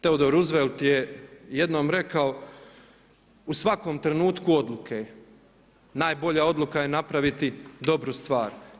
Teodor Roosevelt je jednom rekao: „U svakom trenutku odluke najbolja odluka je napraviti dobru stvar.